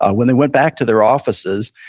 ah when they went back to their offices,